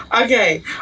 Okay